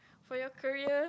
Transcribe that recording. for your career